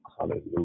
Hallelujah